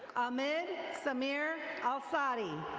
ahmed samir el-fadi.